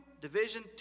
Division